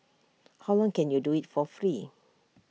how long can you do IT for free